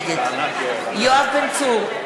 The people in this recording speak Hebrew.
נגד יואב בן צור,